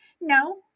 No